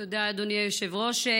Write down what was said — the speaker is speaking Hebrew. תודה, אדוני היושב-ראש.